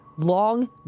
long